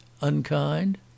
unkind